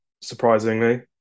surprisingly